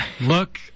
look